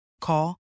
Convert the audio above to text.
Call